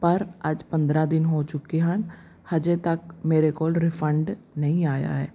ਪਰ ਅੱਜ ਪੰਦਰਾਂ ਦਿਨ ਹੋ ਚੁੱਕੇ ਹਨ ਹਾਲੇ ਤੱਕ ਮੇਰੇ ਕੋਲ ਰਿਫੰਡ ਨਹੀਂ ਆਇਆ ਹੈ